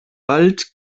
bald